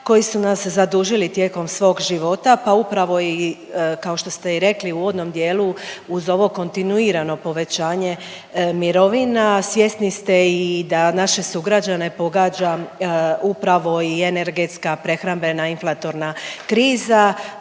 koji su nas zadužili tijekom svog života. Pa upravo i kao što ste i rekli u uvodnom dijelu uz ovo kontinuirano povećanje mirovina, svjesni ste i da naše sugrađane pogađa upravo i energetska, prehrambena, inflatorna kriza.